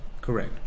Correct